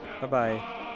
Bye-bye